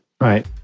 Right